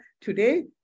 today